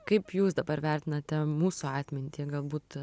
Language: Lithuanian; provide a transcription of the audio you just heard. kaip jūs dabar vertinate mūsų atmintį galbūt